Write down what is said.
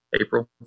April